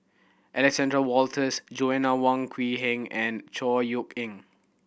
Alexander Wolters Joanna Wong Quee Heng and Chor Yeok Eng